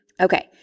Okay